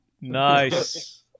Nice